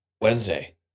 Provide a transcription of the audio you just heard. Wednesday